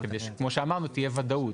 כדי שתהיה ודאות.